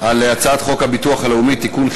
על הצעת חוק הביטוח הלאומי (תיקון,